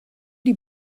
die